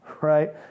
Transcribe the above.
right